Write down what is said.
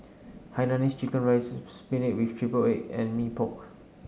Hainanese Chicken Rice spinach with triple egg and Mee Pok